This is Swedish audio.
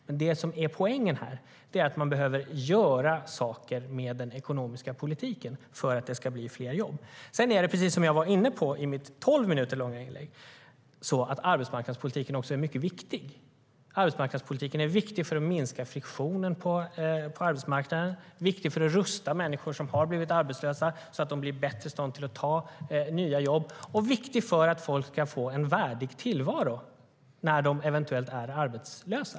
Men det som är poängen här är att man behöver göra saker i den ekonomiska politiken för att det ska bli fler jobb. Sedan är det så, precis som jag var inne på i mitt tolv minuter långa anförande, att arbetsmarknadspolitiken är mycket viktig för att minska friktionen på arbetsmarknaden och viktig för att rusta människor som har blivit arbetslösa, så att de blir i bättre stånd för att ta nya jobb. Den är också viktig för att folk ska få en värdig tillvaro när de eventuellt är arbetslösa.